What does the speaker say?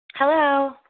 Hello